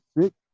six